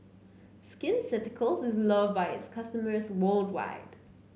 Skin Ceuticals is loved by its customers worldwide